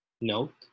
Note